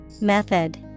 method